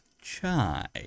chai